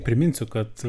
priminsiu kad